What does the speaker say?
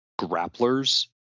grapplers